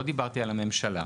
לא דיברתי על הממשלה.